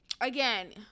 again